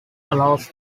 allows